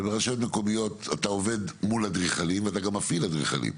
וברשויות מקומיות אתה עובד מול אדריכלים ואתה גם מפעיל אדריכלים.